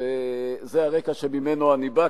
וזה הרקע שממנו אני בא,